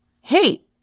hey